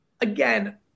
again